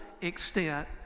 extent